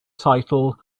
title